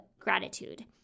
gratitude